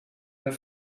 der